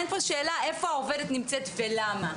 אין פה שאלה איפה העובדת נמצאת ולמה.